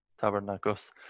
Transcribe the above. tabernacles